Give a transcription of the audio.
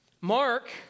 Mark